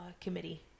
committee